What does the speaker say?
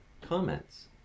comments